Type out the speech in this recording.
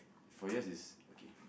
four yours is okay